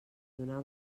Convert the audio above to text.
donar